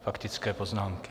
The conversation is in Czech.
Faktické poznámky.